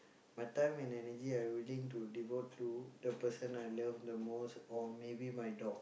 my time and energy I willing to devote to the person I love the most or maybe my dog